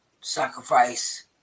sacrifice